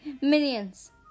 minions